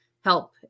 help